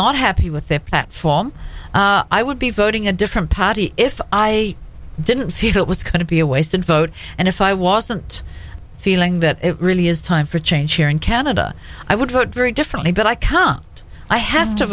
not happy with their platform i would be voting a different party if i didn't feel it was going to be a wasted vote and if i wasn't feeling that it really is time for a change here in canada i would vote very differently but i can't i have to